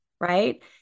right